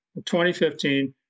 2015